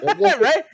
Right